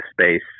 space